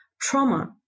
trauma